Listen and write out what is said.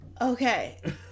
Okay